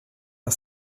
are